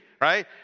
right